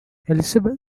elizabeth